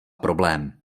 problém